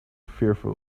fearful